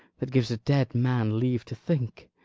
that gives a dead man leave to think